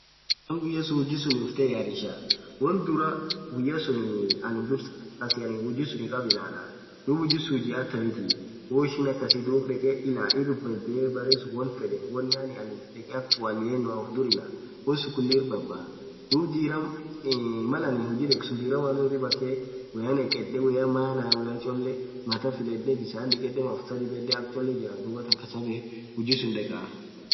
Naam guyya suun huji sunin uftayarisha won dhura guyaa sunn anin kartasi anin huji sunin khab ilalah dhub huji sunn huji atamithi woishin akasi dheke dhub irbabambeee berre suun won fedhen won yaani dheke akha tualieno ufdhur ilalah won sunn khulii irrbaba dhub diram Mal anin huji dheksun diramnu iriba khee woyaa nekhethee woyya maana woyaa cholee mathaa filedhe bisan dhikedhe mafuta dhibedhe akha cholee Jira dhuathan kasabee huji suun dhekhaaaa